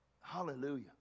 Hallelujah